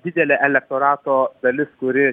didelė elektorato dalis kuri